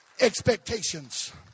expectations